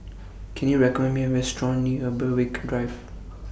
Can YOU recommend Me A Restaurant near Berwick Drive